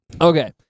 Okay